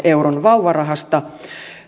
euron vauvarahasta